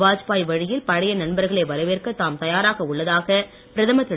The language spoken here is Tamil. வாஜ்பாய் வழியில் பழைய நண்பர்களை வரவேற்க தாம் தயாராக உள்ளதாக பிரதமர் திரு